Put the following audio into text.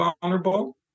vulnerable